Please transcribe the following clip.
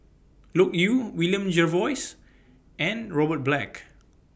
Loke Yew William Jervois and Robert Black